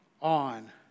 on